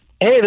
Hey